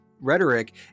rhetoric